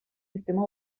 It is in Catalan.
sistema